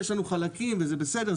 יש לנו חלקים וזה בסדר,